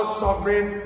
sovereign